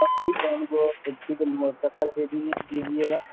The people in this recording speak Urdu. سب ٹھیک ہے ہم کو چپل خریدنے دیجیے گا